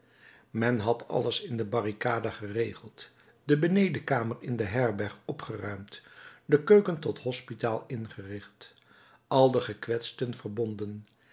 men had alles in de barricade geregeld de benedenkamer in de herberg opgeruimd de keuken tot hospitaal ingericht al de gekwetsten verbonden